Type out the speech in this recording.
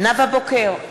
נאוה בוקר,